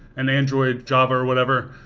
and they enjoy java or whatever.